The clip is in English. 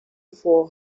for